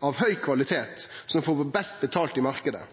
av høg kvalitet som får best betalt i marknaden.